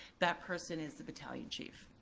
that person is the battalion chief.